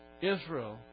Israel